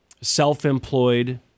self-employed